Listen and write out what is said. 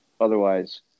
Otherwise